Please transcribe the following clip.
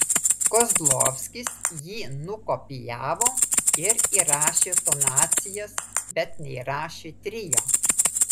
kozlovskis jį nukopijavo ir įrašė tonacijas bet neįrašė trio